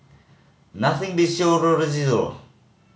nothing beats